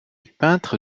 peintre